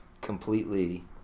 completely